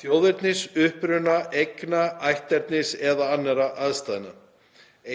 þjóðernis, uppruna, eigna, ætternis eða annarra aðstæðna.